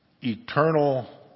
eternal